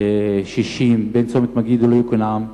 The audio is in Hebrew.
60 בין צומת-מגידו ליוקנעם.